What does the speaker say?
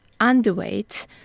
underweight